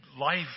life